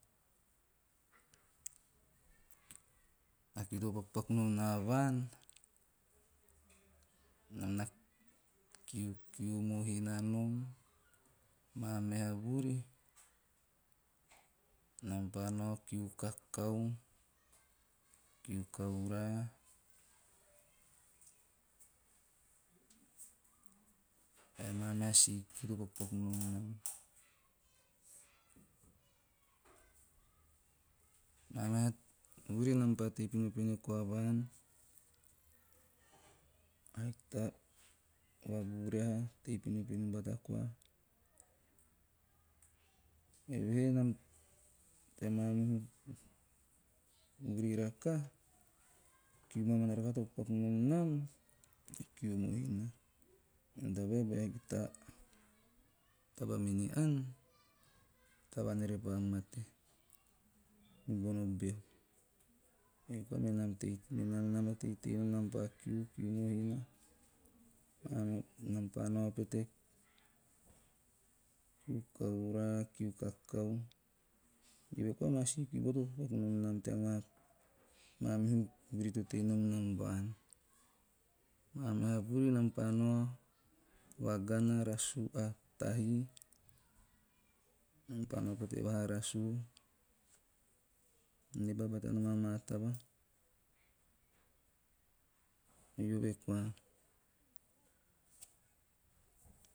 A kiu to pakupaku nom naa vaan, nam na kiukiu mohina nom, maa meha vuri nam pa nao kiu kakau ge kavura ae a maa mha si kiu to pakupaku nom nam. Maa meha vuri nam pa tei pinopino koa nom vaan, haiki to vavuriha tei pinopino bata koa. Eve he tea mamihu vuri rakaha, a kiu mamani rakaha tto pakupaku nom nam, a kiu mohina, mene tabae bea hiki ta taba mene ann, a tavaan repa mate, nibono behu ei koa menam na teitei nom nam pa kiu, kiu mohina, nam pa nao pete kiu vvura, kiu kakao. Eve koa maa si kiu to papaku nom nam mamihu vuri to tei nom nam vaan. Maa meha vuri nam pa nao vagana tahi, nam pa nao pete vaha rasuu, neba bata nom amaa taba. Eve bau koa.